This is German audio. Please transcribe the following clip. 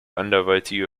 anderweitige